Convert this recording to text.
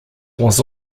was